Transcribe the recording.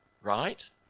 right